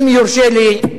אם יורשה לי,